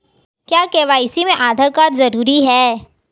क्या के.वाई.सी में आधार कार्ड जरूरी है?